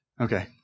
Okay